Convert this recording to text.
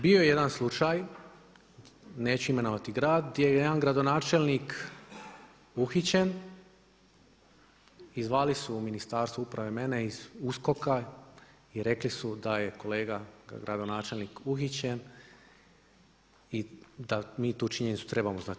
Bio je jedan slučaj, neću imenovati grad, gdje je jedan gradonačelnik uhićen i zvali su u Ministarstvo uprave mene iz USKOK-a i rekli su da je kolega gradonačelnik uhićen i da mi tu činjenicu trebamo znati.